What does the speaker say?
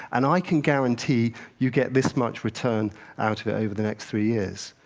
and i can guarantee you get this much return out of it over the next three years.